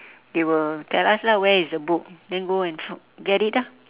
they will tell us lah where is the book then go and find get it lah